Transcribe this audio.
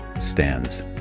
stands